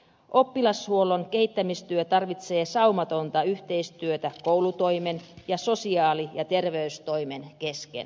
oppilashuollon kehittämistyö tarvitsee saumatonta yhteistyötä koulutoimen ja sosiaali ja terveystoimen kesken